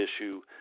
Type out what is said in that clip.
issue